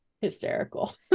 hysterical